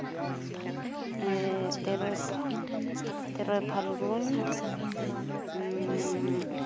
ᱛᱮᱨᱚᱭ ᱛᱮᱨᱚᱭ ᱯᱷᱟᱞᱜᱩᱱ